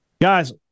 Guys